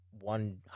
one